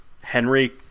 Henry